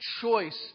choice